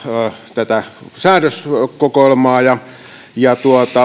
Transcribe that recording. tätä säädöskokoelmaa ja ja